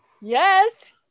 Yes